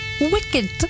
Wicked